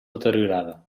deteriorada